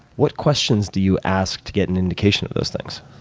what questions do you ask to get an indication of those things?